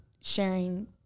sharing